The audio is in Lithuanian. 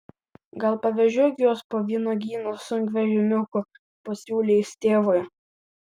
gal pavežiok juos po vynuogyną sunkvežimiuku pasiūlė jis tėvui